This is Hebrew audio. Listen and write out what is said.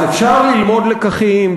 אז אפשר ללמוד לקחים,